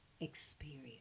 Experience